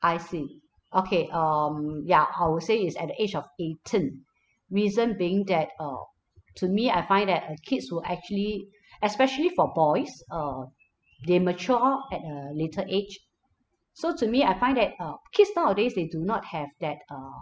I see okay um ya I would say is at the age of eighteen reason being that uh to me I find that uh kids will actually especially for boys uh they mature at a later age so to me I find that uh kids nowadays they do not have that uh